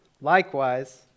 Likewise